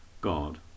God